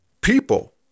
people